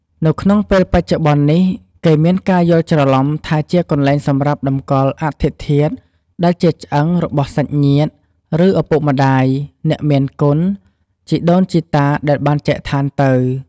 នៅក្នុងពេលបច្ចុប្បន្ននេះគេមានការយល់ច្រលំថាជាកន្លែងសម្រាប់តម្កល់អដ្ឋិធាតុ ដែលជាឆ្អឹង របស់សាច់ញាតិ ឬឪពុកម្ដាយ អ្នកមានគុណ ជីដូនជីតាដែលបានចែកឋានទៅ។